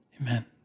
Amen